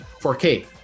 4K